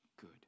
good